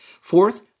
Fourth